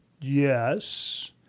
yes